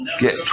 get